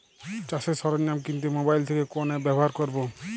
চাষের সরঞ্জাম কিনতে মোবাইল থেকে কোন অ্যাপ ব্যাবহার করব?